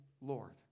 Lord